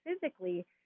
physically